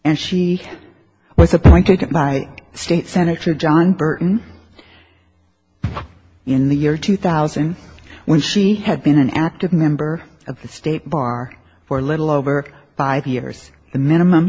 and she was appointed by state sen john burton in the year two thousand when she had been an active member of the state bar for a little over five years the minimum